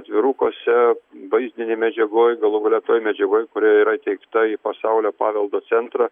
atvirukuose vaizdinėj medžiagoj galų gale toj medžiagoj kuri yra įteikta į pasaulio paveldo centrą